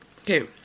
Okay